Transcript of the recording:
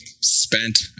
spent